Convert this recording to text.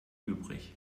übrig